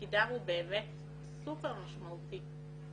תפקידם הוא באמת סופר משמעותי.